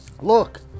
look